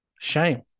Shame